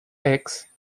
axe